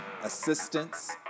assistance